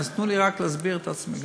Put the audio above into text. אז תנו לי רק להסביר את עצמי.